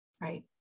right